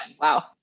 Wow